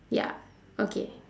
ya okay